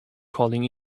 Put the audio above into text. calling